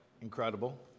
incredible